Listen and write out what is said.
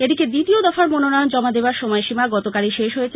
এদিকে দ্বিতীয় দফার মনোনয়ন জমা দেবার সময়সীমা গতকালই শেষ হয়েছে